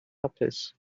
hapus